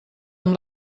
amb